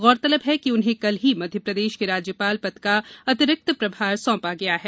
गौरतलब है कि उन्हें कल ही मध्यप्रदेश के राज्यपाल पद का अतिरिक्त प्रभार सौंपा गया है